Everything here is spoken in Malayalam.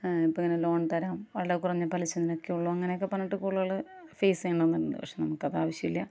ഇപ്പം ഇങ്ങനെ ലോൺ തരാം വളരെ കുറഞ്ഞ പലിശ നിരക്കേ ഉള്ളൂ അങ്ങനെ ഒക്കെ പറഞ്ഞിട്ട് കുറേ ഫേസ് ചെയ്യുന്നുണ്ട് പക്ഷേ നമുക്കത് ആവശ്യമില്ല